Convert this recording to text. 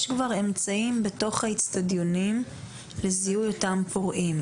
יש כבר אמצעים בתוך האצטדיונים לזיהוי אותם פורעים.